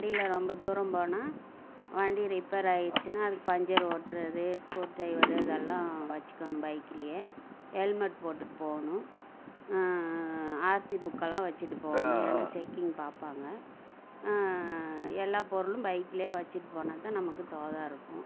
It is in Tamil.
வண்டியில் ரொம்ப தூரம் போனால் வண்டி ரிப்பேர் ஆகிருச்சின்னா அதுக்கு பஞ்சர் ஓட்டுறது ஸ்கூர் டிரைவரு அது எல்லாம் வெச்சுக்கணும் பைக்லேயே ஹெல்மெட் போட்டுகிட்டு போகணும் ஆர்சி புக்கெல்லாம் வெச்சுட்டு போகணும் ஏன்னால் செக்கிங் பார்ப்பாங்க எல்லா பொருளும் பைக்கிலே வெச்சுட்டு போனால் தான் நமக்கு தோதாக இருக்கும்